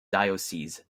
diocese